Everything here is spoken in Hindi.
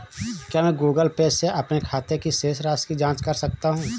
क्या मैं गूगल पे से अपने खाते की शेष राशि की जाँच कर सकता हूँ?